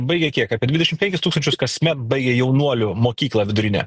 baigia kiek apie dvidešimt penkis tūkstančius kasmet baigia jaunuolių mokyklą vidurinę